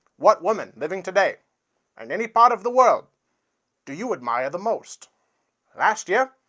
what woman living today in any part of the world do you admire the most last year,